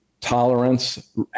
tolerance